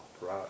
right